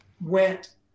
went